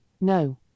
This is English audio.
no